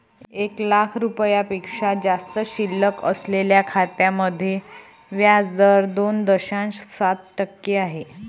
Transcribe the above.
एक लाख रुपयांपेक्षा जास्त शिल्लक असलेल्या खात्यांमध्ये व्याज दर दोन दशांश सात टक्के आहे